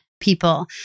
people